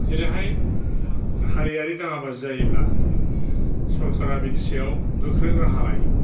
जेरैहाय हारियारि दाङा बाजि जायोब्ला सोरखारा बिनि सायाव गोख्रों राहा लायो